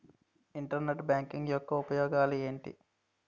Internet banking యెక్క ఉపయోగాలు ఎంటి?